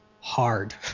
hard